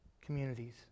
communities